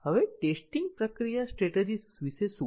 હવે ટેસ્ટીંગ પ્રક્રિયા સ્ટ્રેટેજી વિશે શું